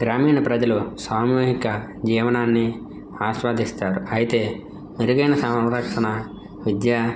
గ్రామీణ ప్రజలు సామూహిక జీవనాన్ని ఆస్వాదిస్తారు అయితే మెరుగైన సంరక్షణ విద్యా